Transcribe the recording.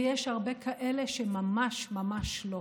ויש הרבה כאלה שממש ממש לא.